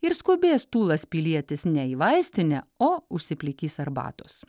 ir skubės tūlas pilietis ne į vaistinę o užsiplikys arbatos